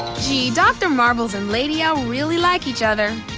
dr. marbles and lady l really like each other.